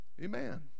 amen